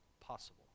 possible